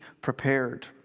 prepared